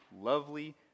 lovely